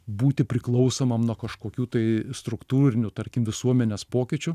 būti priklausomam nuo kažkokių tai struktūrinių tarkim visuomenės pokyčių